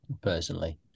personally